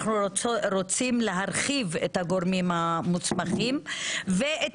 אנחנו רוצים להרחיב את הגורמים המוסמכים ואת